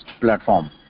platform